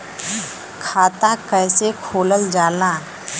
खाता कैसे खोलल जाला?